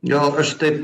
gal aš taip